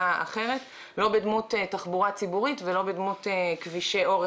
הוא מוגדר אצלנו כזוכה בדומה לתובע בבית משפט,